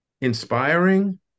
inspiring